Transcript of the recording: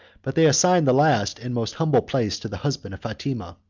but they assign the last and most humble place to the husband of fatima,